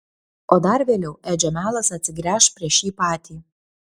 o dar vėliau edžio melas atsigręš prieš jį patį